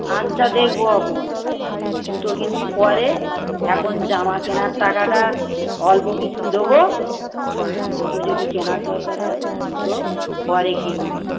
আচ্ছা দেখবো অখন জুতো কিনবি পরে এখন জামা কেনার টাকাটা অল্প কিছু দেবো আর জুতো যদি কেনার দরকার হয় জুতো পরে কিনবি